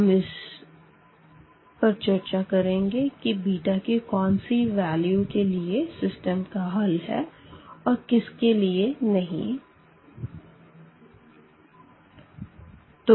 हम इस चर्चा करेंगे कि बीटा की कौन सी वैल्यू के लिए सिस्टम का हल है और किस के लिए नहीं है